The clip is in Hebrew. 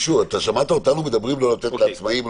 אתה שמעת אותנו מדברים לא לתת לעצמאים?